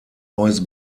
neues